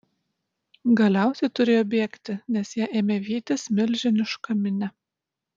galiausiai turėjo bėgti nes ją ėmė vytis milžiniška minia